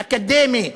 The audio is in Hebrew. אקדמי,